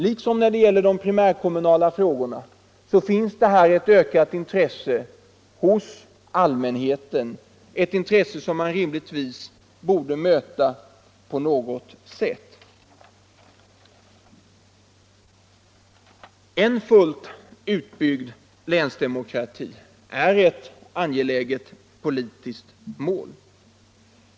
Liksom när det gäller de primärkommunala frågorna finns det hos allmänheten här ett ökat intresse, som man rimligtvis borde möta på något sätt. En fullt utbyggd länsdemokrati är ett angeläget politiskt mål.